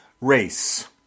race